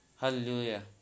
Hallelujah